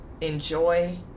enjoy